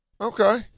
Okay